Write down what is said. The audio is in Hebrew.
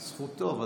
זכותו.